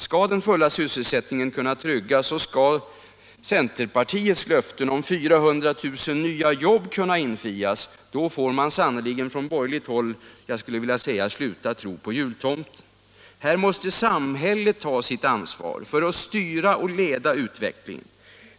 Skall den fulla sysselsättningen kunna tryggas och skall centerpartiets löften om 400 000 nya jobb kunna infrias, får man sannerligen från borgerligt håll sluta tro på jultomten. Här måste samhället ta sitt ansvar för att styra och leda utvecklingen.